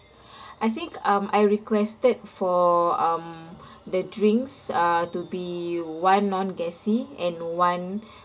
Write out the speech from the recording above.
I think um I requested for um the drinks uh to be one non gassy and one